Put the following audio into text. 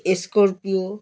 scorpio